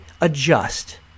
adjust